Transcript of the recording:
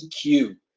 EQ